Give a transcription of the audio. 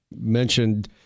mentioned